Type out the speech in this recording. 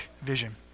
vision